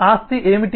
ఆస్తి ఏమిటి